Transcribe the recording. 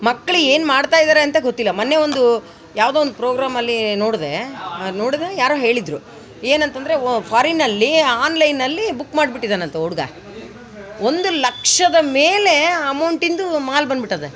ಮಕ್ಳು ಏನು ಮಾಡ್ತಾಯಿದ್ದಾರೆ ಅಂತ ಗೊತ್ತಿಲ್ಲ ಮೊನ್ನೆ ಒಂದು ಯಾವುದೋ ಒಂದು ಪ್ರೋಗ್ರಾಮ್ ಅಲ್ಲಿ ನೋಡಿದೆ ನೋಡಿದೆ ಯಾರೊ ಹೇಳಿದ್ರು ಏನಂತಂದ್ರೆ ಒ ಫಾರಿನ್ನಲ್ಲಿ ಆನ್ಲೈನ್ನಲ್ಲಿ ಬುಕ್ ಮಾಡಿಬಿಟ್ಟಿದ್ದಾನಂತೆ ಹುಡುಗ ಒಂದು ಲಕ್ಷದ ಮೇಲೆ ಅಮೌಂಟಿಂದು ಮಾಲು ಬಂದ್ಬಿಟ್ಟಿದೆ